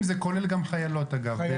חיילים זה כולל גם חיילות, אגב.